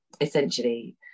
essentially